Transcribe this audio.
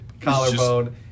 collarbone